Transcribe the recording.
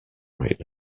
right